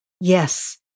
Yes